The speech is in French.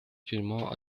actuellement